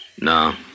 No